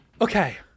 Okay